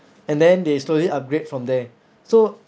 and then they slowly upgrade from there so